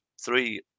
three